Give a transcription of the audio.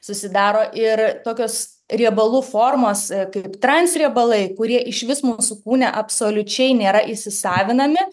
susidaro ir tokios riebalų formos kaip transriebalai kurie išvis mūsų kūne absoliučiai nėra įsisavinami